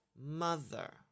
mother